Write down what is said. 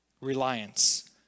reliance